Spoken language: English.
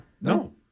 No